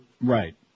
Right